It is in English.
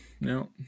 No